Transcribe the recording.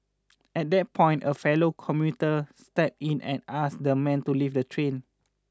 at that point a fellow commuter steps in and ask the man to leave the train